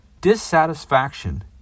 Dissatisfaction